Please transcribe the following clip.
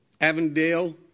Avondale